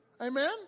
Amen